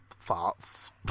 thoughts